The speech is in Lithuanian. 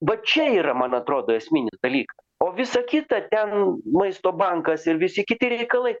va čia yra man atrodo esminis dalykas o visa kita ten maisto bankas ir visi kiti reikalai